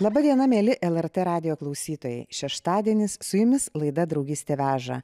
laba diena mieli lrt radijo klausytojai šeštadienis su jumis laida draugystė veža